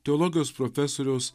teologijos profesoriaus